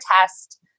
test